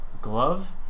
glove